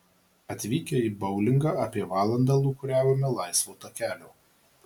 atvykę į boulingą apie valandą lūkuriavome laisvo takelio